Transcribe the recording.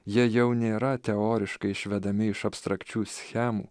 jie jau nėra teoriškai išvedami iš abstrakčių schemų